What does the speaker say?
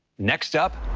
next up,